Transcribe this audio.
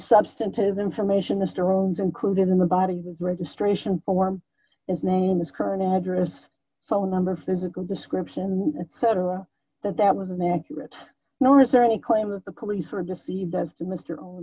substantive information the stones included in the body was registration form is name is current address phone number physical description and cetera that that was inaccurate nor is there any claim of the police were deceived as to mr own